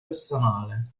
personale